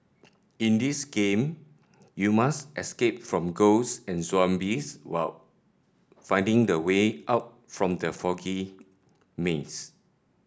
in this game you must escape from ghosts and zombies while finding the way out from the foggy maze